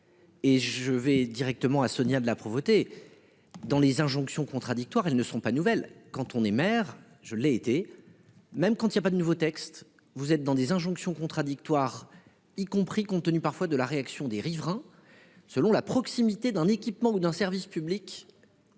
Et je vais directement à Sonia de la Provoté. Dans les injonctions contradictoires, elles ne sont pas nouvelles. Quand on est maire, je l'ai été. Même quand il n'y a pas de nouveau texte vous êtes dans des injonctions contradictoires, y compris compte tenu parfois de la réaction des riverains, selon la proximité d'un équipement ou d'un service public.